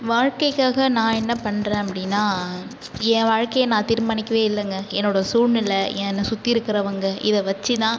வாழ்க்கைக்காக நான் என்ன பண்ணுறேன் அப்படீன்னா ஏன் வாழ்க்கையை நான் தீர்மானிக்கவே இல்லைங்க என்னோட சூழ்நிலை என்ன சுற்றி இருக்கிறவங்க இதை வச்சி தான்